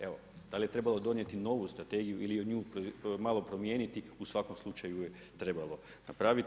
Evo, da li je trebalo donijeti novu strategiju ili nju malo promijeniti, u svakom slučaju je trebalo napraviti.